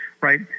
right